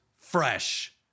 fresh